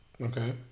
Okay